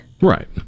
Right